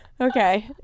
okay